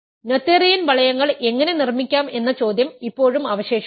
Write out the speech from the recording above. Noetherian വളയങ്ങൾ എങ്ങനെ നിർമ്മിക്കാം എന്ന ചോദ്യം ഇപ്പോഴും അവശേഷിക്കുന്നു